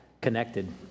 connected